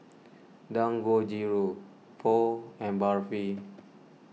Dangojiru Pho and Barfi